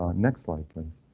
um next slide please.